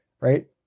right